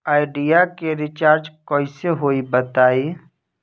Idea के recharge कइसे होई बताईं?